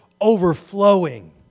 overflowing